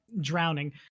drowning